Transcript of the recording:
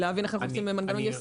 רציתי להבין איך עושים את המנגנון.